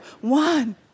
one